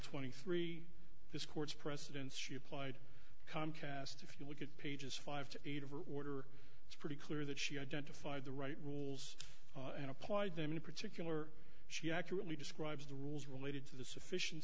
twenty three this court's precedents she applied comcast if you look at pages five to eight of her order it's pretty clear that she identified the right rules and applied them in particular she accurately describes the rules related to the sufficien